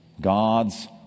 God's